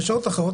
בשעות אחרות,